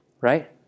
right